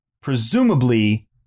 presumably